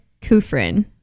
Kufrin